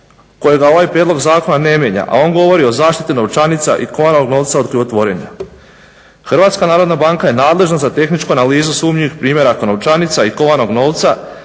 kojega ovaj prijedlog zakona ne mijenja, a on govori o zaštiti novčanica i kovanog novca od krivotvorenja? HNB je nadležna za tehničku analizu sumnjivih primjeraka novčanica i kovanog novca